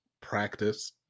practice